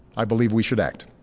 i believe we should act